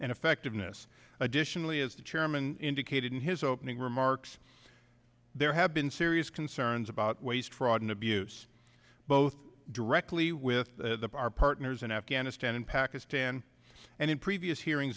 and effectiveness additionally as the chairman indicated in his opening remarks there have been serious concerns about waste fraud and abuse both directly with our partners in afghanistan and pakistan and in previous hearing